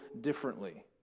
differently